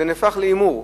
זה נהפך להימור.